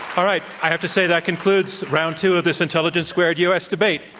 all right. i have to say, that concludes round two of this intelligence squared u. s. debate.